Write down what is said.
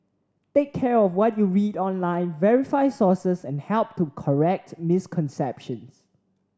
take care of what you read online verify sources and help to correct misconceptions